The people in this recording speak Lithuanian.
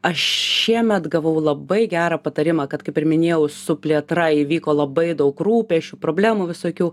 aš šiemet gavau labai gerą patarimą kad kaip ir minėjau su plėtra įvyko labai daug rūpesčių problemų visokių